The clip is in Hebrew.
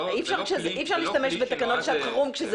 אי אפשר להשתמש בתקנות שעת חירום כשזה